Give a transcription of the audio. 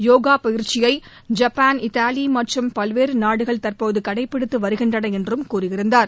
யோகா பயிற்சியை Japan Italy மற்றும் பல்வேறு நாடுகள் தற்போது கடைபிடித்து வருகின்றன என்றும் கூறியிருந்தார்